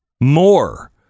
more